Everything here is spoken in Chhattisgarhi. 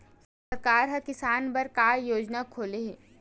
सरकार ह किसान बर का योजना खोले हे?